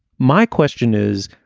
my question is